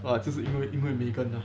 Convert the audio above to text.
啊就是因为因为 megan ah